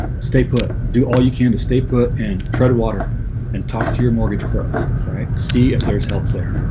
stay put do all you can to stay put and tread water and talk to your mortgage pro right see if there's help there